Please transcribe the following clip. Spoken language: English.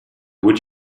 would